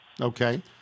okay